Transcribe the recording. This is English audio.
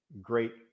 great